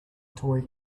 toy